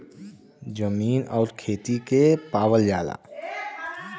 जमीन आउर खेती के पावल जाला